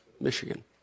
Michigan